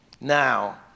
Now